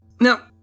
Now